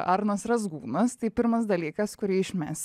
arnas razgūnas tai pirmas dalykas kurį išmes